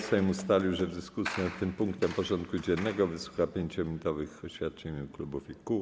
Sejm ustalił, że w dyskusji nad tym punktem porządku dziennego wysłucha 5-minutowych oświadczeń w imieniu klubów i kół.